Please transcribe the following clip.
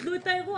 וביטלו את האירוע.